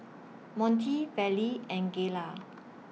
Monty Vallie and Gayla